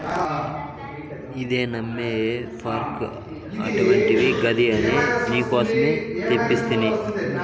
ఇదే నమ్మా హే ఫోర్క్ అంటివి గదా అది నీకోసమే తెస్తిని